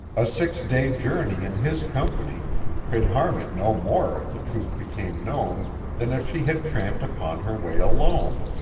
a six-day journey in his company could harm it no more if the truth became known than if she had tramped upon her way alone.